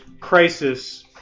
crisis